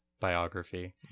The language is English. biography